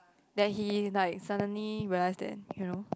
that he like suddenly realize that you know